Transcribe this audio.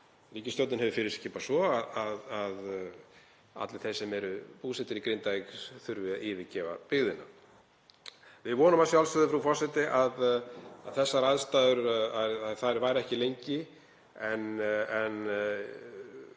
ríkisstjórnin hefur fyrirskipað að allir þeir sem eru búsettir í Grindavík þurfi að yfirgefa byggðina. Við vonum að sjálfsögðu, frú forseti, að þessar aðstæður vari ekki lengi og í öllu